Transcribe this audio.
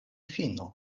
finu